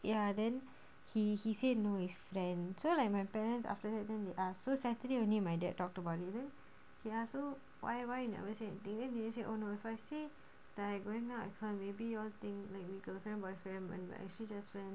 ya then he he say no is friend so like my parents after that then they ask so saturday only my dad talked about it then ya so why why you never say anything then dinesh say oh no if I say that I going out with her maybe you all think we boyfriend girlfriend when like actually just friends